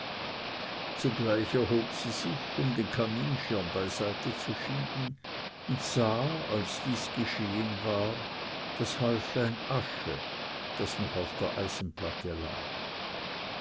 zugleich erhob sie sich um den kaminschirm beiseite zu schieben und sah als dies geschehen war das häuflein asche das noch auf der eisenplatte lag